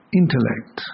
intellect